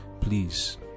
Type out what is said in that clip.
please